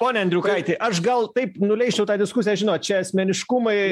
pone andriukaiti aš gal taip nuleisčiau tą diskusiją žinot čia asmeniškumai